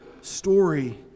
story